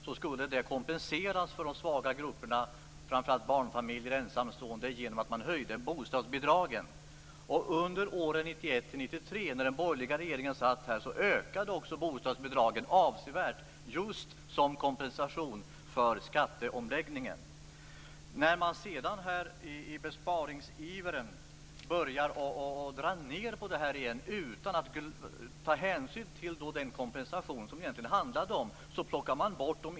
Detta skulle kompenseras för de svaga grupperna, framför allt barnfamiljer och ensamstående, genom att bostadsbidragen skulle höjas. Under åren 1991-1993 med den borgerliga regeringen ökade bostadsbidragen avsevärt just som kompensation för skatteomläggningen. I en besparingsiver sker en neddragning av bidragen utan att ta hänsyn till den kompensation som det hela handlade om.